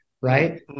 right